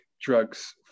drugs